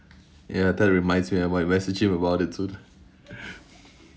ya that reminds me about it where's the about it soon